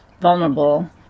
vulnerable